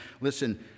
Listen